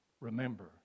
remember